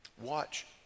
Watch